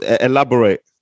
Elaborate